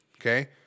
okay